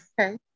Okay